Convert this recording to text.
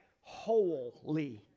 Holy